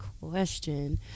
question